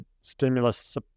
stimulus